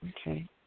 okay